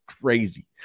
crazy